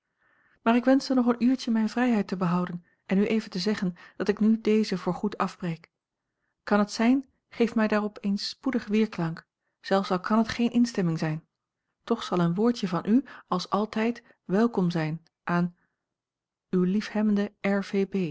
maar ik wenschte nog een uurtje mijne vrijheid te behouden en u even te zeggen dat ik nu dezen voor goed afbreek kan het zijn geef mij daarop eens spoedig weerklank zelfs al kan het geene instemming zijn toch zal een woordje van u als altijd welkom zijn aan